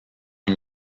une